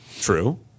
True